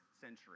century